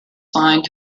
signed